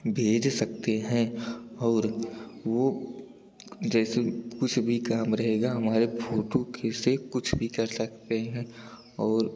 भेज सकते हैं और वह जैसे कुछ भी काम रहेगा हमारे फोटु के से कुछ भी कर सकते हैं और